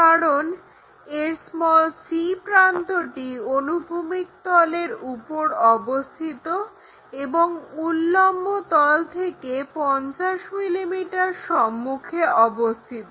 কারণ এর c প্রান্তটি অনুভূমিক তলের উপর অবস্থিত এবং উল্লম্বতল থেকে 50 mm সম্মুখে অবস্থিত